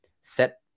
set